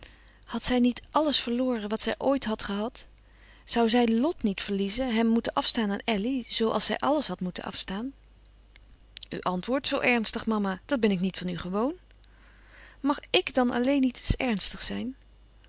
had zij niet àlles verloren wat zij ooit had gehad zoû zij lot niet verliezen hem moeten afstaan aan elly zoo als zij alles had moeten afstaan u antwoordt zoo ernstig mama dat ben ik niet van u gewoon mag ik dan alléen niet eens ernstig zijn